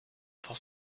for